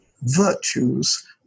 virtues